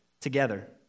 together